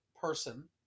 person